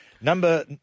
Number